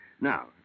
Now